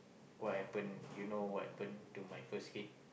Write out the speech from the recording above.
what happen you know what happen to my first kid